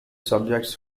subjects